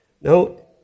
No